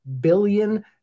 billion